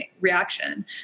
reaction